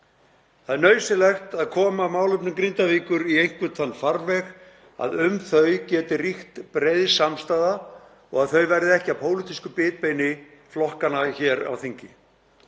Það er nauðsynlegt að koma málefnum Grindavíkur í einhvern þann farveg að um þau geti ríkt breið samstaða og að þau verði ekki að pólitísku bitbeini flokkanna hér á þingi.